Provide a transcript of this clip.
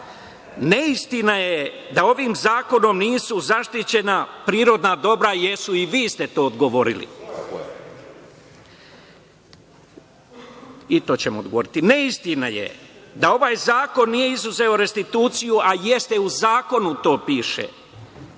neistina je da ovim zakonom nisu zaštićena prirodna dobra, jesu i vi ste to odgovorili. Neistina je da ovaj zakon nije izuzeo restituciju, a jeste, u zakonu to piše.